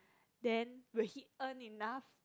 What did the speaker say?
then will he earn enough